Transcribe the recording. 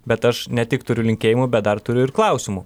bet aš ne tik turiu linkėjimų bet dar turiu ir klausimų